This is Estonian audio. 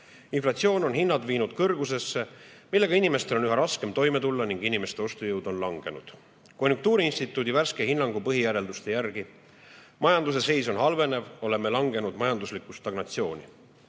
Inflatsioon on hinnad viinud kõrgusesse, millega inimestel on üha raskem toime tulla, ning inimeste ostujõud on langenud. Konjunktuuriinstituudi värske hinnangu põhijärelduste järgi majanduse seis halveneb, oleme langenud majanduslikku stagnatsiooni.